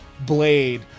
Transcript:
blade